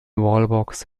wallbox